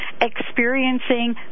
experiencing